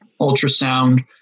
ultrasound